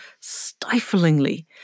stiflingly